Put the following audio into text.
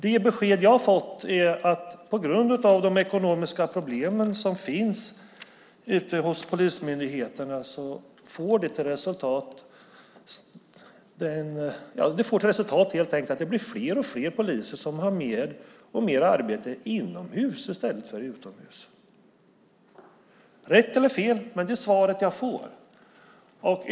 Det besked som jag har fått är att de ekonomiska problem som finns ute hos polismyndigheterna får till resultat att det blir fler och fler poliser som har mer och mer arbete inomhus i stället för utomhus - rätt eller fel, men det är svaret jag får.